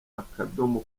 akadomo